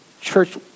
church